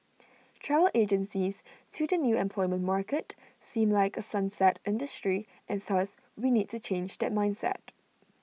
travel agencies to the new employment market seem like A sunset industry and thus we need to change that mindset